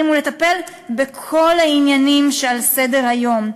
הוא לטפל בכל העניינים שעל סדר-היום,